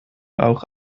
auch